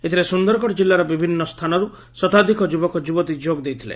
ଏଥରେ ସୁନ୍ଦରଗଡ଼ ଜିଲ୍ଗର ବିଭିନ୍ ସ୍ରାନରୁ ଶତାଧିକ ଯୁବକ ଯୁବତୀ ଯୋଗ ଦେଇଥିଲେ